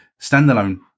standalone